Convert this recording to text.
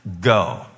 go